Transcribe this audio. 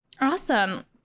awesome